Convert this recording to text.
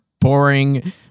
boring